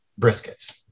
briskets